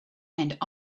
and